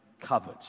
covered